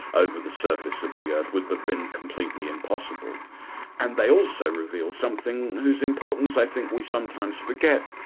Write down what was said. over the surface of the earth, would have been completely impossible and they also reveal something whose importance i think we sometimes forget,